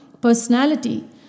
personality